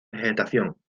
vegetación